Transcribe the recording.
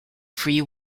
free